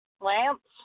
Lamps